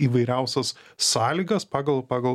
įvairiausias sąlygas pagal pagal